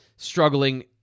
struggling